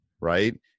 Right